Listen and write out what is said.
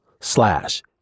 slash